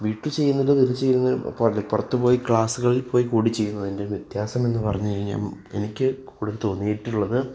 വീട്ടിൽ ചെയ്യുന്നത് വീട്ടിൽ ചെയ്യുന്നതിൻ്റെ പുറത്ത് പോയി ക്ലാസ്സുകളിൽ പോയി കൂടി ചെയ്യുന്നതിൻ്റെയും വ്യത്യാസമെന്ന് പറഞ്ഞ് കഴിഞ്ഞാൽ എനിക്ക് കൂടി തോന്നിയിട്ടുള്ളത്